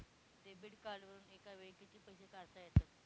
Debit कार्डवरुन एका वेळी किती पैसे काढता येतात?